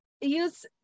use